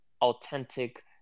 authentic